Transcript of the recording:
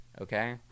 okay